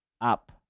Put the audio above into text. up